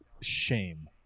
shame